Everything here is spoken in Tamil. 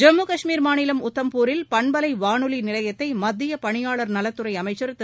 ஜம்மு கஷ்மீர் மாநிலம் உத்தம்பூரில் பண்பலை வானொலி நிலையத்தை மத்திய பணியாளர் நலத்துறை அமைச்சர் திரு